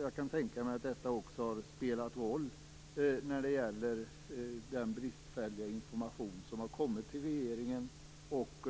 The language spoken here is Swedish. Jag kan tänka mig att detta också har spelat roll när det gäller den bristfälliga information som regeringen har fått och